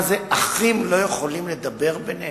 מה זה, אחים לא יכולים לדבר ביניהם?